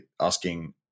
asking